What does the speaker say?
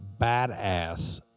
badass